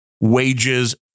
wages